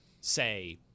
say